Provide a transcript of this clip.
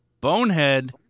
Bonehead